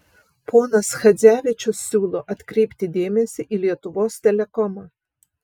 ponas chadzevičius siūlo atkreipti dėmesį į lietuvos telekomą